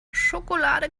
schokolade